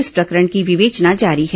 इस प्रकरण की विवेचना जारी है